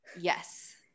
Yes